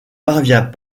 parvient